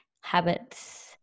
habits